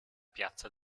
piazza